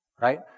Right